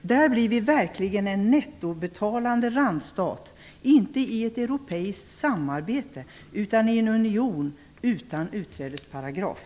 Där blir vi verkligen en nettobetalande randstat, inte i ett europeiskt samarbete, utan i en union utan utträdesparagraf.